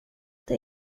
det